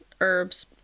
herbs